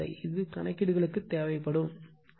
இது கணக்கீடுகளுக்கு தேவைப்படுகிறது